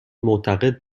معتقد